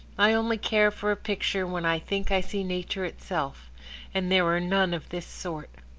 i only care for a picture when i think i see nature itself and there are none of this sort.